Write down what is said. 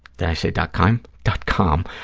did i say dot-com, dot-com,